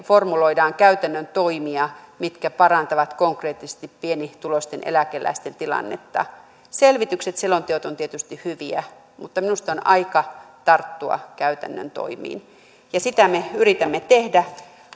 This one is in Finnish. formuloimme käytännön toimia mitkä parantavat konkreettisesti pienituloisten eläkeläisten tilannetta selvitykset selonteot ovat tietysti hyviä mutta minusta on aika tarttua käytännön toimiin ja sitä me yritämme tehdä